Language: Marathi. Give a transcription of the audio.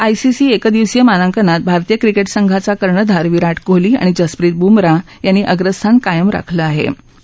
आयसीसी एकदिवसीय मानास्क्रात भारतीय क्रिकेट सद्यावा कर्णधार विराट कोहली आणि जसप्रित बुमराह याती अग्रस्थान कायम राखलेखाहे